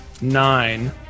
nine